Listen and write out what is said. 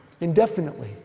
indefinitely